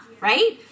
right